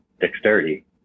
dexterity